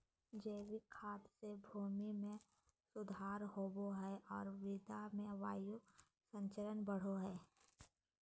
जैविक खाद से भूमि में सुधार होवो हइ और मृदा में वायु संचार बढ़ो हइ